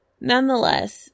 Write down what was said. Nonetheless